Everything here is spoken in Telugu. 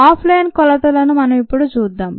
ఆఫ్ లైన్ కొలతలను మనం ఇప్పుడు చూద్దాం